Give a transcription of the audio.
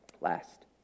Last